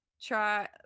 try